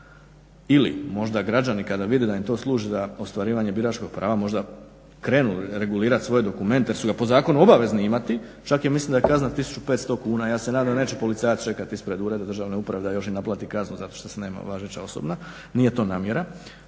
ili možda građani kada vide da im to služi za ostvarivanje biračkog prava možda krenu regulirat svoje dokumente jer su ga po zakonu obavezni imati. Čak mislim da je kazana 1500 kuna, ja se nadam da neće policajac čekat ispred Ureda državne uprave da još i naplati kaznu zato što se nema važeća osobna, nije to namjera